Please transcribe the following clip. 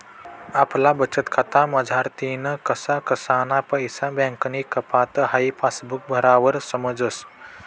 आपला बचतखाता मझारतीन कसा कसाना पैसा बँकनी कापात हाई पासबुक भरावर समजस